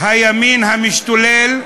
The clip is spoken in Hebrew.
הימין המשתולל.